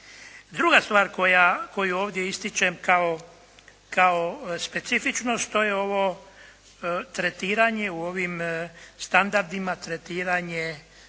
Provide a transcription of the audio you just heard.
Druga stvar koju ovdje ističem kao specifičnost, to je ovo tretiranje u ovim standardima, tretiranje